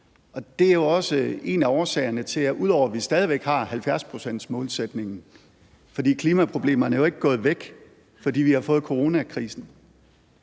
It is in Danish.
Der er jo, ud over at vi stadig væk har 70-procentsmålsætningen – for klimaproblemerne er jo ikke gået væk, fordi vi har fået coronakrisen